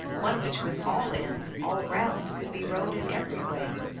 one which was all ends, all round, could be rowed in every way.